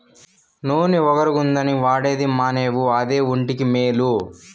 నూన ఒగరుగుందని వాడేది మానేవు అదే ఒంటికి మేలు